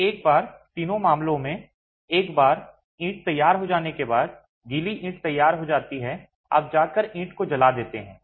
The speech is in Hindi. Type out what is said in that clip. तो एक बार तीनों मामलों में एक बार ईंट तैयार हो जाने के बाद गीली ईंट तैयार हो जाती है आप जाकर ईंट को जला देते हैं